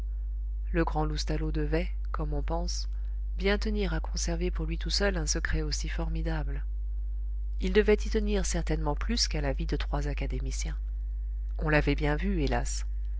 le grand loustalot devait comme on pense bien tenir à conserver pour lui tout seul un secret aussi formidable il devait y tenir certainement plus qu'à la vie de trois académiciens on l'avait bien vu hélas